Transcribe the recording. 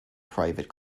private